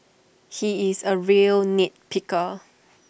he is A real nit picker